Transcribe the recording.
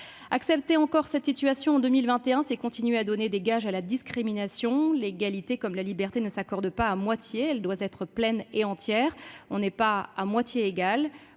et toujours, cette situation en 2021, c'est continuer à donner des gages à la discrimination. Or l'égalité, comme la liberté, ne s'accorde pas à moitié, elle doit être pleine et entière. On n'est pas à moitié égal